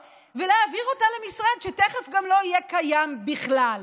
ולהעביר אותה למשרד שתכף גם לא יהיה קיים בכלל.